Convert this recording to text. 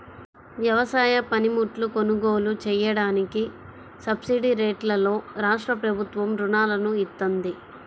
వ్యవసాయ పనిముట్లు కొనుగోలు చెయ్యడానికి సబ్సిడీరేట్లలో రాష్ట్రప్రభుత్వం రుణాలను ఇత్తంది